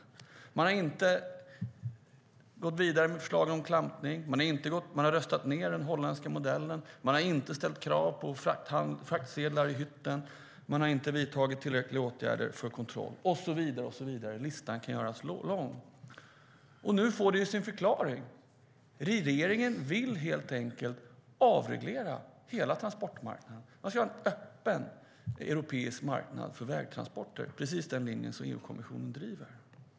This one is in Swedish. Regeringen har inte gått vidare med förslagen om klampning, man har röstat ned den holländska modellen, man har inte ställt krav på fraktsedlar i hytten, man har inte vidtagit tillräckliga åtgärder för kontroll och så vidare. Listan kan göras lång. Nu får det sin förklaring. Regeringen vill helt enkelt avreglera hela transportmarknaden. Man ska ha en öppen europeisk marknad för vägtransporter. Det är precis den linjen EU-kommissionen driver.